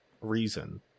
reason